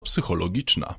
psychologiczna